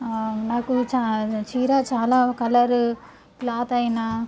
నాకు చా చీర చాలా కలర్ క్లాత్ అయినా